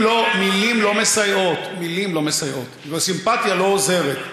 מילים לא מסייעות וסימפתיה לא עוזרת.